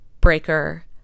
Breaker